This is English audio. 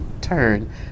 turn